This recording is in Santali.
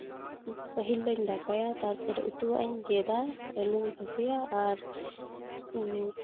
ᱯᱟᱹᱦᱤᱞ ᱫᱚᱧ ᱫᱟᱠᱟᱭᱟ ᱛᱟᱨᱯᱚᱨᱮ ᱩᱛᱩᱣᱟᱜ ᱤᱧ ᱜᱮᱫᱼᱟ ᱟᱹᱞᱩᱧ ᱵᱷᱟᱹᱡᱤᱭᱟ ᱟᱨ